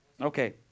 Okay